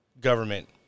government